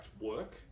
work